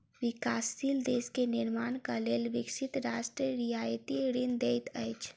विकासशील देश के निर्माणक लेल विकसित राष्ट्र रियायती ऋण दैत अछि